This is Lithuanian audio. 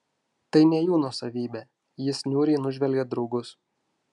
tai ne jų nuosavybė jis niūriai nužvelgė draugus